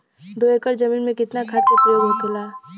दो एकड़ जमीन में कितना खाद के प्रयोग होखेला?